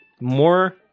more